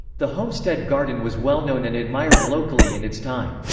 the homestead garden was well-known and admired locally in its time.